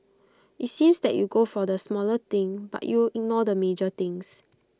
IT seems that you go for the smaller thing but you ignore the major things